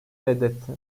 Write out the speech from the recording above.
reddetti